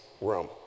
room